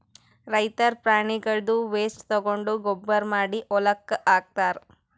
ರೈತರ್ ಪ್ರಾಣಿಗಳ್ದ್ ವೇಸ್ಟ್ ತಗೊಂಡ್ ಗೊಬ್ಬರ್ ಮಾಡಿ ಹೊಲಕ್ಕ್ ಹಾಕ್ತಾರ್